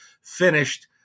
finished